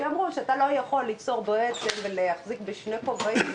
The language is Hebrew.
שאמרו שאתה לא יכול להחזיק בשני כובעים